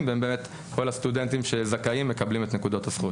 וכל הסטודנטים שזכאים מקבלים את נקודות הזכות.